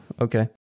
okay